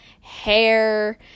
hair